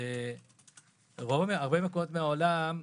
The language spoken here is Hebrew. בהרבה מקומות בעולם,